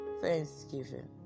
thanksgiving